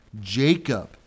Jacob